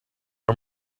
our